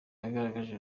yagaragaje